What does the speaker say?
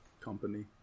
company